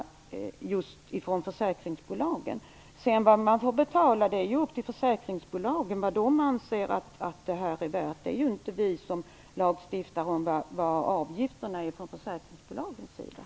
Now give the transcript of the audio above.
Vad man får betala är upp till försäkringsbolagen. De bedömer vad de anser att det här är värt. Det är inte vi som lagstiftar om försäkringsbolagens avgifter.